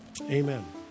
Amen